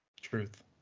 Truth